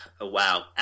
wow